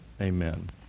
amen